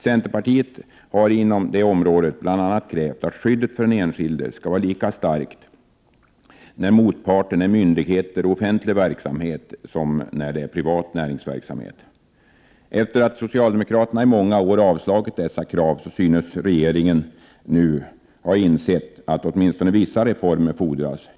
Centerpartiet har inom det området bl.a. krävt att skyddet för den enskilde skall vara lika starkt när motparten är myndigheter och offentlig verksamhet som när motparten är privat näringsverksamhet. Efter det att socialdemokraterna i många år har avslagit dessa krav synes nu regeringen ha insett att åtminstone vissa reformer fordras.